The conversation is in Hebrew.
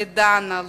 לדנה,